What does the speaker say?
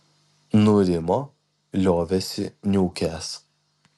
nurimo liovėsi niūkęs